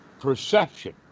Perception